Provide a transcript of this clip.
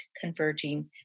converging